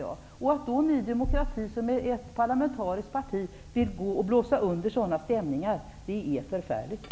Att Ny demokrati som ett parlamentariskt parti vill blåsa under sådana stämningar är förfärligt.